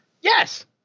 Yes